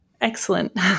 Excellent